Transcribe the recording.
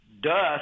dust